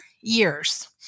years